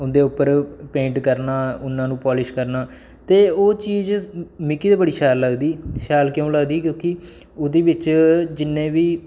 उं'दे उप्पर पेंट करना उ'न्ना नू पॉलिश करना ते ओह् चीज़ मिकी ते बड़ी शैल लगदी शैल क्यों लगदी क्योंकि ओह्दे बिच जि'न्ने बी